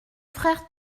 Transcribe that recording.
frères